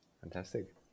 Fantastic